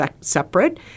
separate